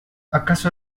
acaso